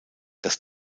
das